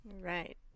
Right